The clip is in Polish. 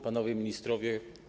Panowie Ministrowie!